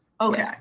okay